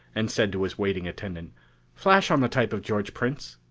and said to his waiting attendant flash on the type of george prince.